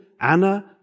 Anna